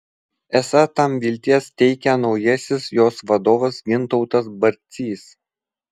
esą tam vilties teikia naujasis jos vadovas gintautas barcys